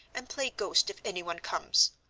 and play ghost if anyone comes.